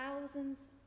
thousands